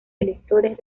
electores